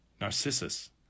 narcissus